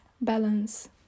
balance